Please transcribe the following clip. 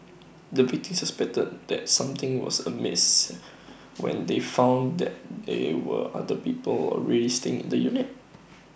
the victims suspected that something was amiss when they found that they were other people already staying in the unit